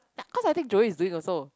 ya cause I think Joey is doing also